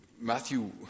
Matthew